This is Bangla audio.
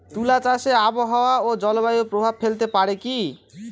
তুলা চাষে আবহাওয়া ও জলবায়ু প্রভাব ফেলতে পারে কি?